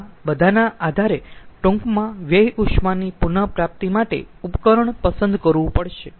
તેથી આ બધાના આધારે ટૂંકમાં વ્યય ઉષ્માની પુન પ્રાપ્તિ માટે ઉપકરણ પસંદ કરવું પડશે